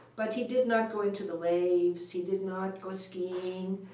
but he did not go into the waves, he did not go skiing.